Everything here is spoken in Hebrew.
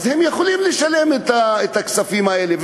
והם יכולים לשלם את הכספים האלה.